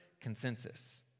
consensus